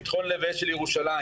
פתחון לב ושל ירושלים,